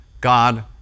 God